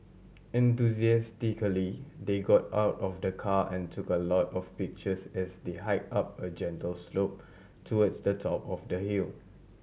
enthusiastically they got out of the car and took a lot of pictures as they hike up a gentle slope towards the top of the hill